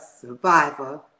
survivor